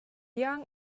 young